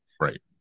right